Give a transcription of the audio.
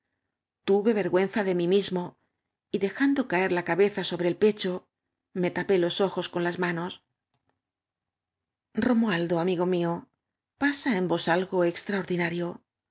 atentamente tuvevergüenza de m í mismo y dejando caer la cabeza sobre el pecho me tapé los ojos con las manos romualdo amigo m ío pasa en vos algo extraordinario